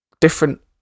different